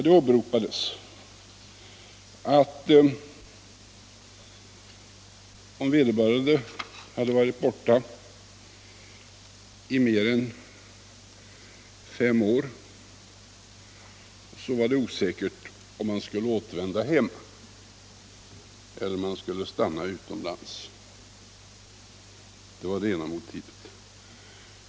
Det åberopades att om vederbörande varit borta i mer än fem år, så var det osäkert om han skulle återvända hem eller om han skulle stanna utomlands. Det var det ena motivet.